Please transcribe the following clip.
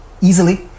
easily